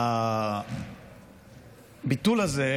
הביטול הזה,